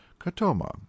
Katoma